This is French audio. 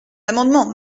amendement